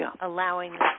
allowing